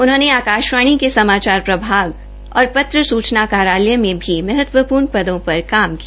उन्होंने आकाशवाणी के समाचार प्रभाग और पत्र सूचना कार्यालय में भी महत्वपूर्ण पदों पर काम किया